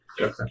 Okay